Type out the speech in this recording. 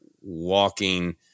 walking